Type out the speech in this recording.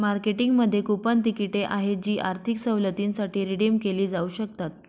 मार्केटिंगमध्ये कूपन तिकिटे आहेत जी आर्थिक सवलतींसाठी रिडीम केली जाऊ शकतात